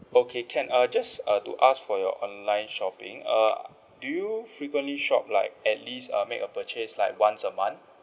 okay can uh just uh to ask for your online shopping err do you frequently shop like at least uh make a purchase like once a month